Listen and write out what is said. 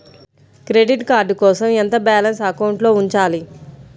Credit card కోసం ఎంత balance అకౌంట్లో ఉంచాలి?